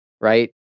right